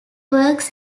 works